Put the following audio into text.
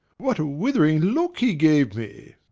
what a withering look he gave me!